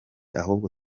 ahubwo